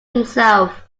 himself